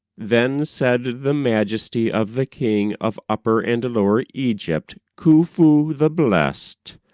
then said the majesty of the king of upper and lower egypt, khufu, the blessed,